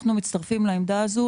אנחנו מצטרפים לעמדה הזאת,